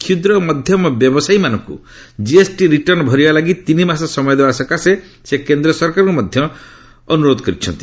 କ୍ଷୁଦ୍ର ଓ ମଧ୍ୟମ ବ୍ୟବସାୟୀମାନଙ୍କୁ ଜିଏସ୍ଟି ରିଟର୍ଣ୍ଣ ଭରିବା ଲାଗି ତିନି ମାସ ସମୟ ଦେବା ସକାଶେ ସେ କେନ୍ଦ୍ର ସରକାରଙ୍କୁ ଅନୁରୋଧ କରିଛନ୍ତି